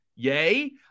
Yay